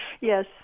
Yes